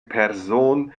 person